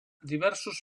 diversos